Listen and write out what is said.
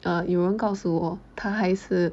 err 有人告诉我他还是